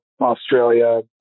Australia